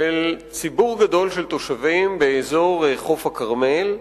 ציבור גדול של תושבים באזור חוף הכרמל.